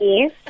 Yes